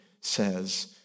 says